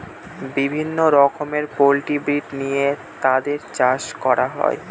বিভিন্ন রকমের poultry breed নিয়ে তাদের চাষ করা হয়